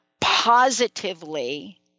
positively